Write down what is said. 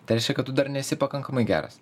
tarsi kad tu dar nesi pakankamai geras